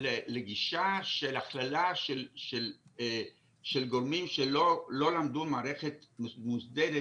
לגישה של הכללה של גורמים שלא למדו במערכת מוסדרת,